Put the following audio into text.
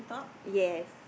yes